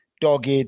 dogged